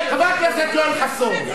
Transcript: חבר הכנסת יואל חסון,